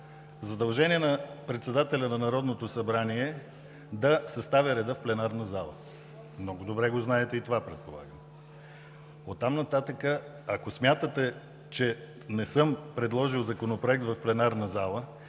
задължение на председателя на Народното събрание е да осигурява реда в пленарната зала. Много добре знаете и това. Оттам нататък, ако смятате, че не съм предложил законопроект в пленарната зала,